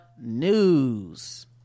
news